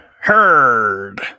Heard